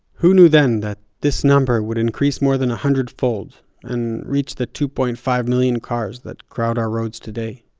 who knew then that this number would increase more than a hundred fold and reached the two point five million cars that crowd our roads today.